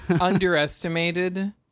underestimated